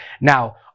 Now